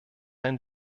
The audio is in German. ein